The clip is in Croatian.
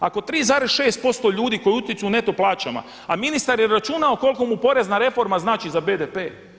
Ako 3,6% ljudi koji utječu u neto plaćama a ministar je računao koliko mu porezna reforma znači za BDP.